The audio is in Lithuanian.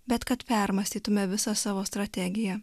bet kad permąstytume visą savo strategiją